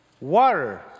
Water